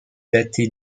daté